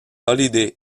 holiday